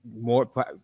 more